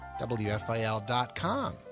WFIL.com